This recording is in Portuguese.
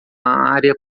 área